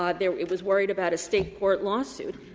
ah there it was worried about a state court lawsuit.